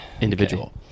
individual